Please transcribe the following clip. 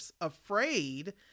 afraid